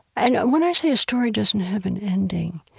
and when i say a story doesn't have an ending,